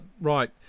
Right